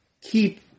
keep